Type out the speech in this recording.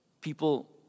people